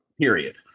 period